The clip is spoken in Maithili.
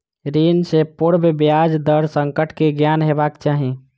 ऋण सॅ पूर्व ब्याज दर संकट के ज्ञान हेबाक चाही